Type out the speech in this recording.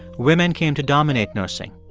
women came to dominate nursing.